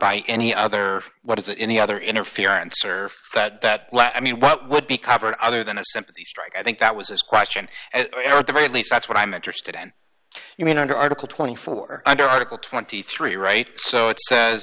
by any other what is it any other interference or that that i mean what would be covered other than a simple strike i think that was his question or at the very least that's what i'm interested in you mean under article twenty four under article twenty three right so it says